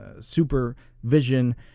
supervision